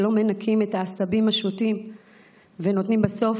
מנקים את העשבים השוטים ונותנים בסוף